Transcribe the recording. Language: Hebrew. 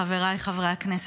חבריי חברי הכנסת,